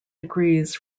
degrees